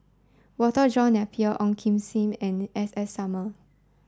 Walter John Napier Ong Kim Seng and S S Sarma